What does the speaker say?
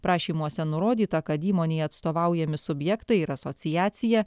prašymuose nurodyta kad įmonei atstovaujami subjektai ir asociacija